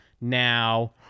now